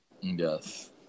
Yes